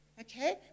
okay